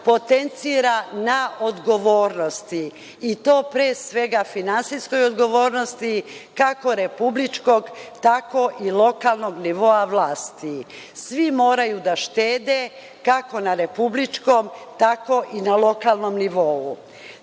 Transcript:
potencira na odgovornosti i to pre svega finansijskoj odgovornosti kako republičkog tako i lokalnog nivoa vlasti. Svi moraju da štede kako na republičkom, tako i na lokalnom nivou.